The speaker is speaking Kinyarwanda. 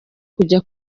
kujya